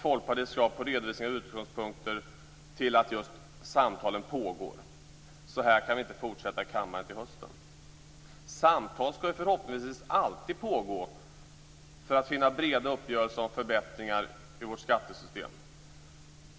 Folkpartiets krav på redovisning av utgångspunkter till att samtalen pågår. Så kan det inte fortsätta här i kammaren till hösten. Samtal skall förhoppningsvis alltid pågå för att vi skall finna breda uppgörelser om förbättringar i vårt skattesystem.